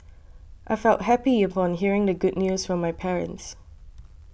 I felt happy upon hearing the good news from my parents